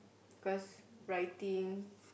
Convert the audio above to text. because writing